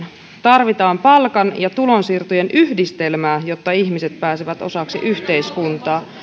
tarvitaan palkan ja tulonsiirtojen yhdistelmää jotta ihmiset pääsevät osaksi yhteiskuntaa